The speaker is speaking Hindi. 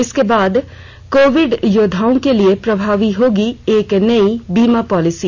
इसके बाद कोविड योद्वाओं के लिए प्रभावी होगी एक नई बीमा पॉलिसी